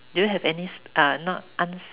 do you any sp~ uh not un~